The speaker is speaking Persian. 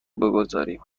بگذاریم